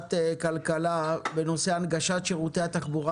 בוועדת הכלכלה בנושא הנגשת שירותי התחבורה